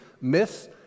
myths